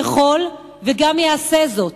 יכול וגם יעשה זאת,